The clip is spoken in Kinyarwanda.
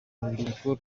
rubyiruko